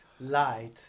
light